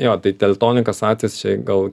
jo tai teltonikos atvejis čia gal